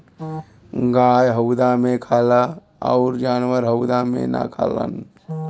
गाय हउदा मे खाला अउर जानवर हउदा मे ना खालन